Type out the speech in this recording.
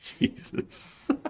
Jesus